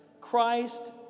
Christ